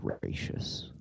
gracious